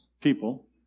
people